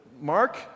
Mark